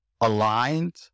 aligned